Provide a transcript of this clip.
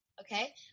Okay